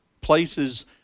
places